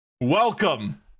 welcome